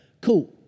cool